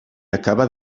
acabà